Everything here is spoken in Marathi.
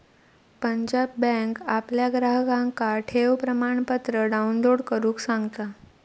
पंजाब बँक आपल्या ग्राहकांका ठेव प्रमाणपत्र डाउनलोड करुक सांगता